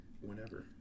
whenever